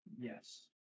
Yes